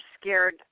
scared –